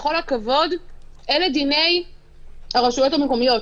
בכל הכבוד אלה דיני הרשויות המקומיות.